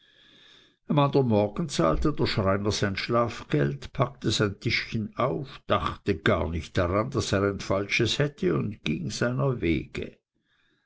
morgen zahlte der schreiner sein schlafgeld packte sein tischchen auf dachte gar nicht daran daß er ein falsches hätte und ging seiner wege